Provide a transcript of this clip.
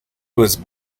was